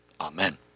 Amen